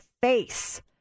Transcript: face